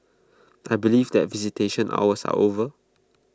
I believe that visitation hours are over